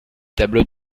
tableaux